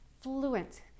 fluent